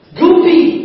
goopy